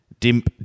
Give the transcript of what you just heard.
Dimp